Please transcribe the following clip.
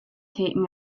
taken